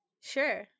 sure